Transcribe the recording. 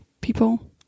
people